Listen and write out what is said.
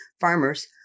farmers